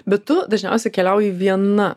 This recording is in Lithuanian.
bet tu dažniausiai keliauji viena